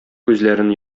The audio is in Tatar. күзләрен